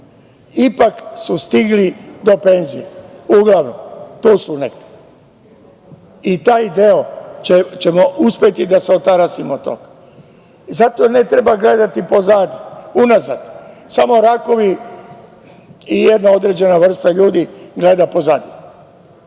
ipak su stigli do penzije, uglavnom, tu su negde i taj deo ćemo uspeti da se otarasimo toga. Zato ne treba gledati pozadi, unazad. Samo rakovi i jedna određena vrsta ljudi gleda pozadi.